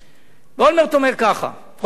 ואולמרט אומר ככה, ראש הממשלה: